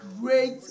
great